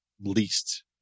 least